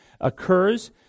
occurs